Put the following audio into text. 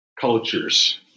cultures